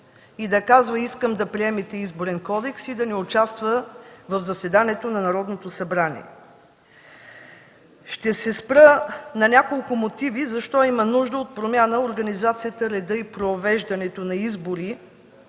и да казва: „Искам да приемете Изборен кодекс“, и да не участва в заседанието на Народното събрание. Ще се спра на няколко мотиви: защо има нужда от промяна организацията, реда и провеждането на избори